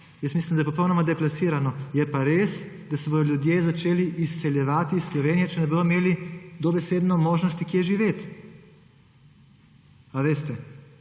mislim, da je popolnoma deplasirano. Je pa res, da se bodo ljudje začeli izseljevati iz Slovenije, če dobesedno ne bodo imeli možnosti kje živeti. A veste?